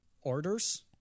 orders